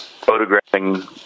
photographing